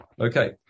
Okay